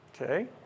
Okay